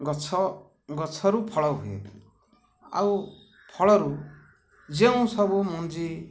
ଗଛ ଗଛରୁ ଫଳ ହୁଏ ଆଉ ଫଳରୁ ଯେଉଁ ସବୁ ମଞ୍ଜି